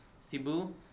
Cebu